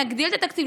נגדיל את התקציב,